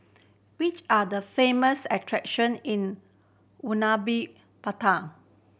which are the famous attraction in